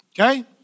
okay